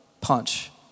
Punch